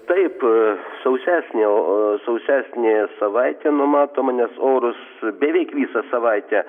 taip sausesnė o sausesnė savaitė numatoma nes orus beveik visą savaitę